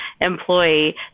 employee